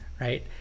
right